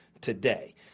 today